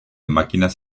máquinas